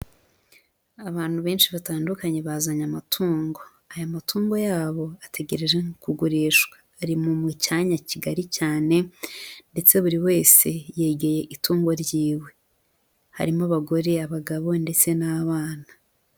Abantu benshi batandukanye bazanye amatungo, aya matungo yabo ategereje nko kugurishwa, ari mu mu cyanya kigari cyane ndetse buri wese yegereye itungo ryiwe harimo abagore, abagabo ndetse n'abana.